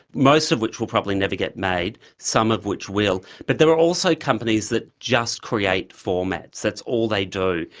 most of which will probably never get made, some of which will. but there are also companies that's just create formats, that's all they do,